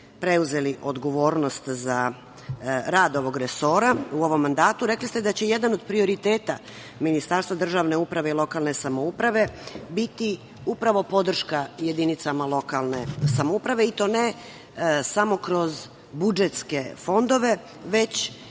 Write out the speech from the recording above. preuzeli odgovornost za rad ovog resora u ovom mandatu, da će jedan od prioriteta Ministarstva državne uprave i lokalne samouprave biti upravo podrška jedinicama lokalne samouprave, i to ne samo kroz budžetske fondove, već